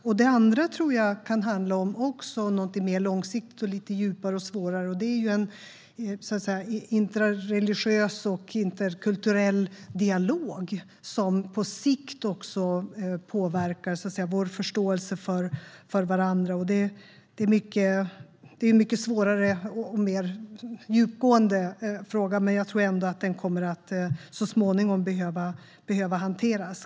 Den andra frågan som jag tror behöver komma upp handlar om någonting lite mer långsiktigt, djupare och svårare, och det är en interreligiös och interkulturell dialog som på sikt också påverkar vår förståelse för varandra. Det är en mycket svårare och mer djupgående fråga, men jag tror ändå att den så småningom kommer att behöva hanteras.